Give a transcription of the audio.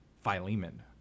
Philemon